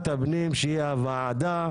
נסיעה ברכב,